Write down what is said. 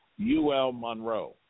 UL-Monroe